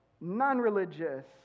non-religious